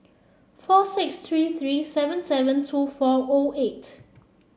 four six three three seven seven two four O eight